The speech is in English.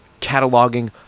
cataloging